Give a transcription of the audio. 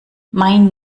mein